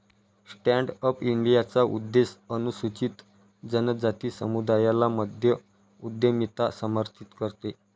stand up इंडियाचा उद्देश अनुसूचित जनजाति समुदायाला मध्य उद्यमिता समर्थित करते